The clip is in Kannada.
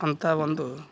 ಅಂಥ ಒಂದು